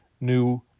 new